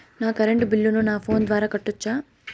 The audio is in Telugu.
నా కరెంటు బిల్లును నా ఫోను ద్వారా కట్టొచ్చా?